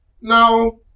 Now